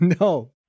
no